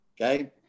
Okay